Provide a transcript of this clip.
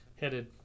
headed